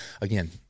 again